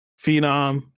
Phenom